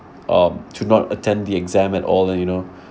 um should not attend the exam at all and you know